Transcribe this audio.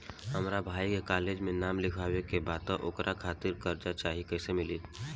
हमरा भाई के कॉलेज मे नाम लिखावे के बा त ओकरा खातिर कर्जा चाही कैसे मिली?